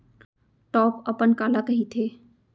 Top अपन काला कहिथे?